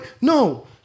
No